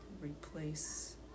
replace